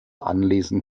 anlesen